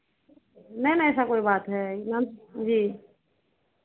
नहीं ना ऐसा कोई बात है एकदम जी